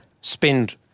spend